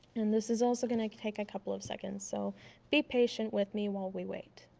and this is also going to take a couple of seconds so be patient with me while we wait.